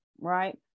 right